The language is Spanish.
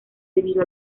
debido